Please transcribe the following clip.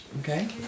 Okay